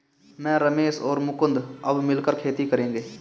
मैं, रमेश और मुकुंद अब मिलकर खेती करेंगे